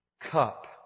cup